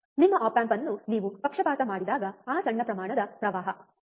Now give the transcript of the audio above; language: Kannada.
ನಿಮ್ಮ ಆಪ್ ಆಂಪ್ ಅನ್ನು ನೀವು ಪಕ್ಷಪಾತ ಮಾಡಿದಾಗ ಆ ಸಣ್ಣ ಪ್ರಮಾಣದ ಪ್ರವಾಹ ಸರಿ